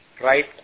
right